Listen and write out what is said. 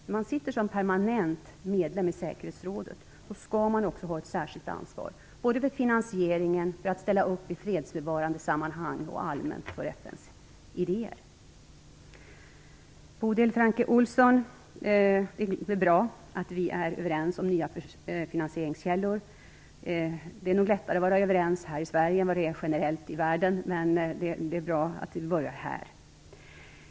När man sitter som permanent medlem i säkerhetsrådet skall man också ha ett särskilt ansvar för finansieringen, för de fredsbevarande sammanhangen och allmänt för FN:s idéer. Bodil Francke Ohlsson och jag är överens när det gäller nya finansieringskällor, och det är bra. Det är nog lättare att vara överens här i Sverige än vad det generellt är i världen, men det är bra att vi börjar här.